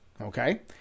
okay